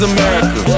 America